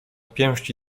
pięści